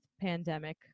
pandemic